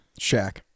Shaq